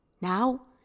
Now